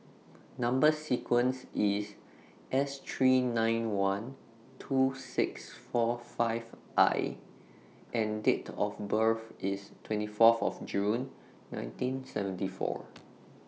Number sequence IS S three nine one two six four five I and Date of birth IS twenty Fourth June nineteen seventy four